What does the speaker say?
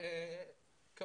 השלמה.